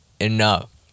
enough